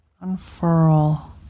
Unfurl